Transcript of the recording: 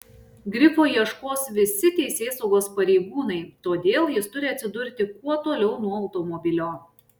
grifo ieškos visi teisėsaugos pareigūnai todėl jis turi atsidurti kuo toliau nuo automobilio